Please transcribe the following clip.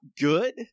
good